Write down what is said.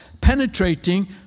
penetrating